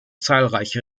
zahlreiche